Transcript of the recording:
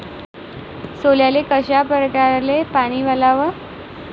सोल्याले कशा परकारे पानी वलाव?